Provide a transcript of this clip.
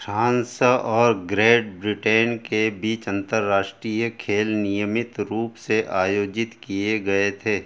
France और Great Britain के बीच अंतर्राष्ट्रीय खेल नियमित रूप से आयोजित किए गए थे